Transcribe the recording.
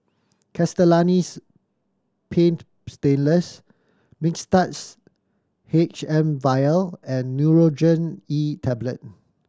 Castellani's Paint Stainless Mixtards H M Vial and Nurogen E Tablet